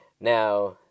Now